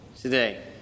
today